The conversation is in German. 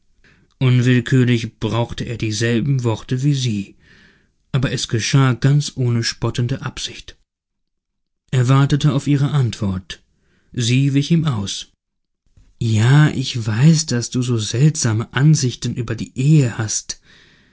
unwillkürlich brauchte er dieselben worte wie sie aber es geschah ganz ohne spottende absicht er wartete auf ihre antwort sie wich ihm aus ja ich weiß daß du so seltsame ansichten über die ehe hast